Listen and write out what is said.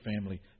family